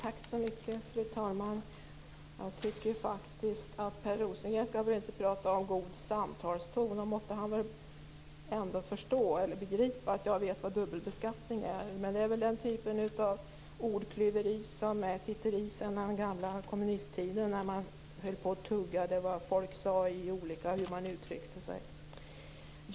Fru talman! Jag tycker faktiskt att Per Rosengren inte skall tala om god samtalston. Han måtte väl begripa att jag vet vad dubbelbeskattning är. Men det är väl den typen av ordklyveri som sitter i sedan den gamla kommunisttiden när man tuggade vad folk sade och hur de uttryckte sig.